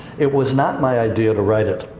it was not my idea to write it.